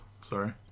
sorry